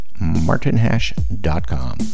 martinhash.com